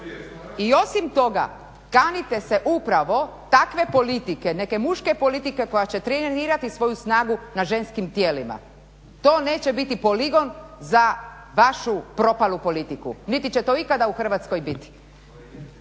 I osim toga, kanite se upravo takve politike, neke muške politike koja će trenirati svoju snagu na ženskim tijelima. To neće biti poligon za vašu propalu politiku, niti će to ikada u Hrvatskoj biti.